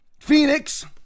Phoenix